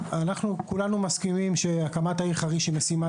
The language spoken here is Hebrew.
כולנו מסכימים שהקמת העיר חריש היא משימה